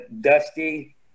Dusty